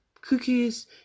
cookies